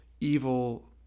evil